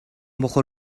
بخور